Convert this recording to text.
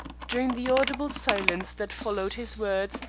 during the audible silence that followed his words,